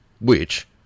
which